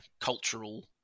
cultural